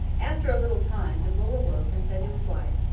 after a little time the bull awoke and said to his wife,